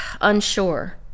unsure